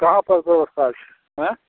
कहाँपर व्यवस्था छै आँय